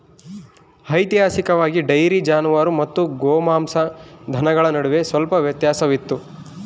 ಐತಿಹಾಸಿಕವಾಗಿ, ಡೈರಿ ಜಾನುವಾರು ಮತ್ತು ಗೋಮಾಂಸ ದನಗಳ ನಡುವೆ ಸ್ವಲ್ಪ ವ್ಯತ್ಯಾಸವಿತ್ತು